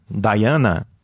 Diana